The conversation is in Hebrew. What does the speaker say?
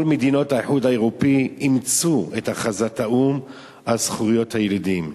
כל מדינות האיחוד האירופי אימצו את הכרזת האו"ם על זכויות הילידים,